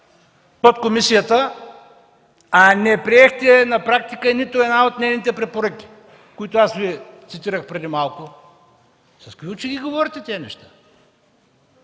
подкомисията, а не приехте на практика нито една от нейните препоръки, които аз Ви цитирах преди малко? С какви очи ги говорите тези неща?